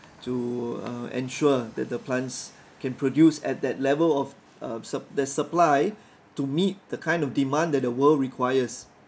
to uh ensure that the plants can produce at that level of uh s~ the supply to meet the kind of demand that the world requires